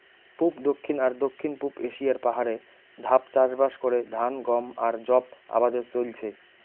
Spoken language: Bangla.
পুব, দক্ষিণ আর দক্ষিণ পুব এশিয়ার পাহাড়ে ধাপ চাষবাস করে ধান, গম আর যব আবাদে চইলচে